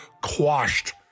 quashed